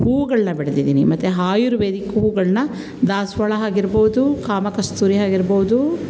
ಹೂವುಗಳನ್ನ ಬೆಳೆದಿದ್ದೀನಿ ಮತ್ತು ಹಾಯುರ್ವೇದಿಕ್ ಹೂವುಗಳನ್ನ ದಾಸವಾಳ ಆಗಿರ್ಬೋದು ಕಾಮಕಸ್ತೂರಿಯಾಗಿರ್ಬೋದು